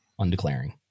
undeclaring